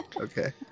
Okay